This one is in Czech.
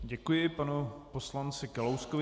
Děkuji panu poslanci Kalouskovi.